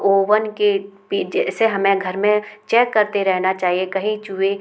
oven के पिछे जैसे हमे घर में चेक करते रहना चाहिए कहीं चूहे